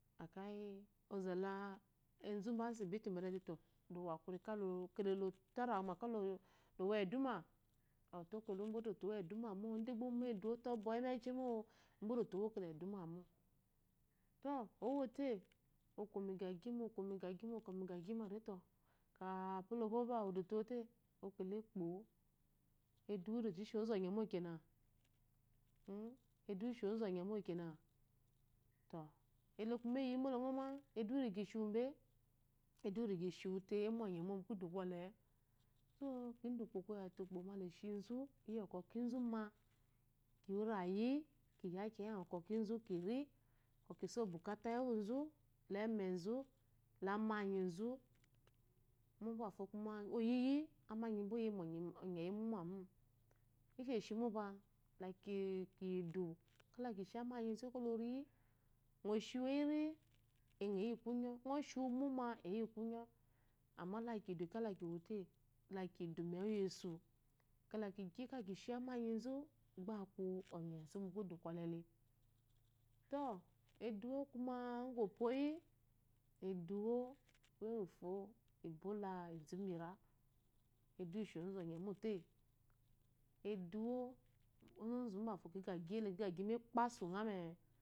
Akeyi ozala enzu besibitle to lomokuri ka okele lɔtarewume kelomomu eduma aute okele mbedote owedumem idgbe omo edwo mejimo mba odote owokele edume mɔto owoto okonigye gyime okomigyima okmigyeme detɔ kəpilowobwo awu odute okele ewote okele ekpo eduwo edote ishizu onye mo kena edumo eshizu onyemokenatɔ ele kume eyiyimole ngoma eduwo ishiwu ibe edum iregye te ishum amonye mo mu kudu gole so kinda ukpo koyete ukpoleshizu yokwɔ kinzuma kirayi kiyi kinkwɔ kinzu kinkiss obwu kata nu enguzu la ammenyuzu mbafo kume oyi amme ammanyiba oyaimu onyeyi mumamo ishoshi hiope lakiyidu kdekishi amma nyzu kdonyi ngo shiru eri egeyi kunyo ngo shiumomo eyikunyo amme la ki yidu kedakumote lakiyide memu yesu kale kigyi kda kishi ammanyizu gbe aku onyesu mu kudu kɔloele lɔ eduwo kume ugu opwo yi eduwo kuye gufo eduwo ebole ezubira ishi ozu onyemote edowu ozozu bafo ki gyeyite kigyagyi mekpasu ngame.